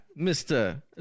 Mr